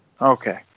Okay